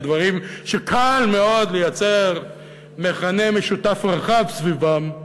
לדברים שקל מאוד לייצר מכנה משותף רחב סביבם,